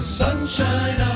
sunshine